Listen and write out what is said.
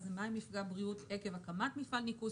אז מה עם מפגע בריאות עקב הקמת מפעל ניקוז?